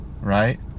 right